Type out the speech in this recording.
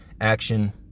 action